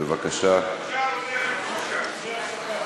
בושה רודפת בושה.